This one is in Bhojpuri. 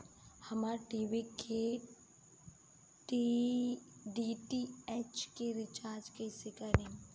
हमार टी.वी के डी.टी.एच के रीचार्ज कईसे करेम?